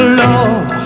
love